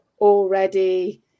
already